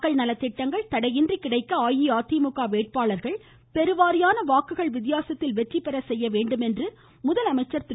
மக்கள் நலத்திட்டங்கள் தடையின்றி கிடைக்க அஇஅதிமுக வேட்பாளர்களை பெருவாரியான வாக்குகள் வித்தியாசத்தில் வெற்றிபெற செய்ய வேண்டும் என முதலமைச்சர் திரு